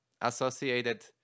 associated